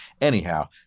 anyhow